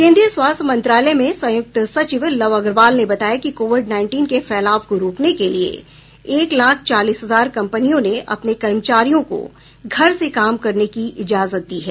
केंद्रीय स्वास्थ्य मंत्रालय में संयुक्त सचिव लव अग्रवाल ने बताया कि कोविड नाईनटीन के फैलाव को रोकने के लिए एक लाख चालीस हजार कंपनियों ने अपने कर्मचारियों को घर से काम करने की इजाजत दी है